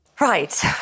Right